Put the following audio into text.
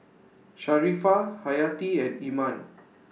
Sharifah Hayati and Iman